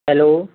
hello